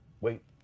Wait